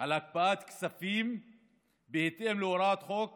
על הקפאת כספים בהתאם להוראת החוק